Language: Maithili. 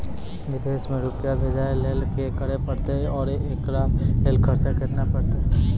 विदेश मे रुपिया भेजैय लेल कि करे परतै और एकरा लेल खर्च केना परतै?